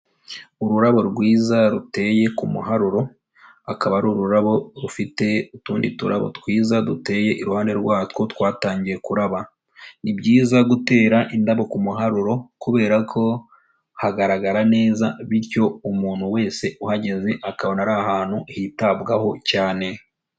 Ururabo rwiza ruteye ku muharuro, akaba ari ururabo rufite utundi turabo twiza duteye iruhande rwatwo twatangiye kuraba, ni byiza gutera indabo kumuharuro kubera ko hagaragara neza bityo umuntu wese uhageze akabona ari ahantu hitabwaho cyane.